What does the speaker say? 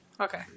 Okay